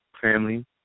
family